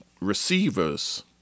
receivers